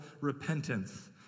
repentance